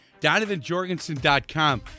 DonovanJorgensen.com